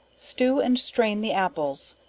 stew and strain the apples,